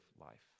life